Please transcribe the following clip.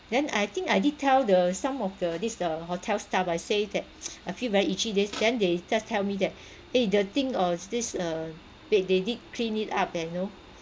then I think I did tell the some of the this the hotel's staff I say that I feel very itchy this then they just tell me that eh the thing or this uh bed they did clean it up and know